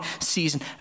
season